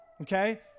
Okay